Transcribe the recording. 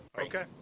Okay